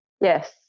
Yes